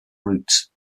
routes